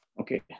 Okay